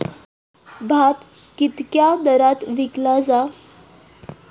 भात कित्क्या दरात विकला जा?